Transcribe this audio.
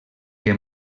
que